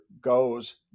goes